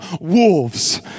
wolves